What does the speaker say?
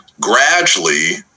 gradually